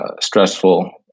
stressful